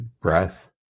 breath